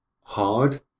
hard